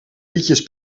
liedjes